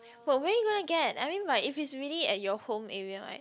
but where you gonna get I mean like if it's really at your home area [right]